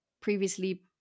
previously